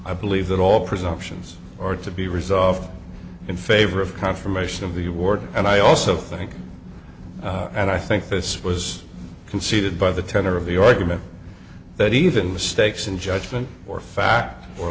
i believe that all presumptions are to be resolved in favor of confirmation of the award and i also think and i think this was conceded by the tenor of the argument that even the stakes in judgment or fact or